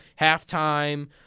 halftime